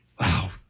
Wow